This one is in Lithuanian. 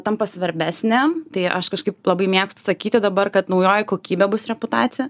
tampa svarbesnė tai aš kažkaip labai mėgstu sakyti dabar kad naujoji kokybė bus reputacija